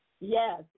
Yes